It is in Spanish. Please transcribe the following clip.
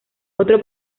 otro